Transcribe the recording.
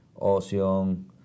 ocean